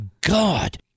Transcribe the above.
God